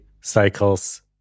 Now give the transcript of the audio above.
cycles